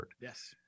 Yes